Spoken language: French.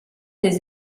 des